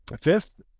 Fifth